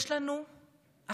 יש לנו אחריות